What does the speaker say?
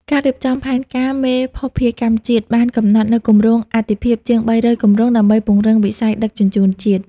ការរៀបចំផែនការមេភស្តុភារកម្មជាតិ បានកំណត់នូវគម្រោងអាទិភាពជាង ៣០០ គម្រោង ដើម្បីពង្រឹងវិស័យដឹកជញ្ជូនជាតិ។